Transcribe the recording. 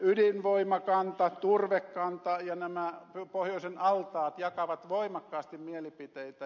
ydinvoimakanta turvekanta ja nämä pohjoisen altaat jakavat voimakkaasti mielipiteitä